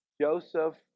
Joseph